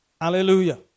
Hallelujah